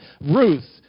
Ruth